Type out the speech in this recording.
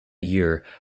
year